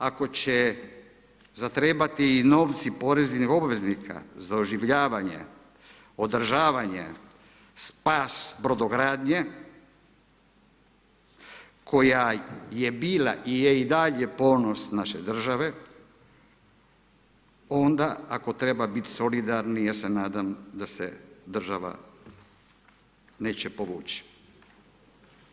Ako će zatrebati i novci poreznih obveznika za oživljavanje, održavanje, spas brodogradnje koja je bila i je i dalje ponos naše države onda ako treba biti solidarni, ja se nadam da se država neće povući.